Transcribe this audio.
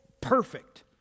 perfect